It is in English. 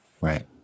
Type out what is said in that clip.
Right